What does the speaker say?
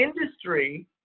industry